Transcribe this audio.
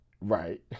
right